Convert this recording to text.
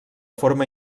forma